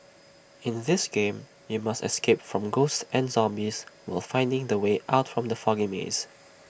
in the this game you must escape from ghosts and zombies while finding the way out from the foggy maze